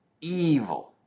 evil